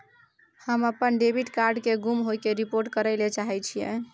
हम अपन debit card के गुम होय के रिपोर्ट करय ले चाहय छियै